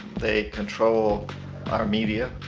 they control our media,